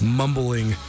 mumbling